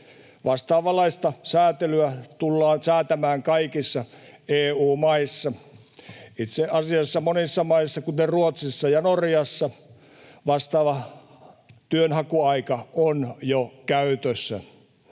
Vastaavanlaista säätelyä tullaan säätämään kaikissa EU-maissa. Itse asiassa monissa maissa, kuten Ruotsissa ja Norjassa, vastaava työnhakuaika on jo käytössä.